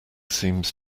seems